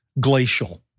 glacial